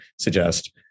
suggest